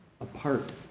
apart